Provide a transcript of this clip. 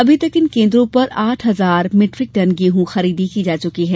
अभी तक इन केन्द्रों पर आठ हजार मिट्रिक टन गेंहूँ खरीदी की जा चुका है